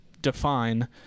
define